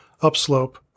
upslope